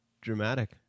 dramatic